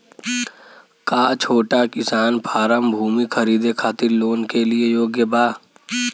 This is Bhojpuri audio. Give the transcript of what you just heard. का छोटा किसान फारम भूमि खरीदे खातिर लोन के लिए योग्य बा?